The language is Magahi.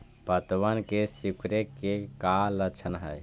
पत्तबन के सिकुड़े के का लक्षण हई?